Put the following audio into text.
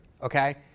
Okay